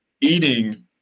eating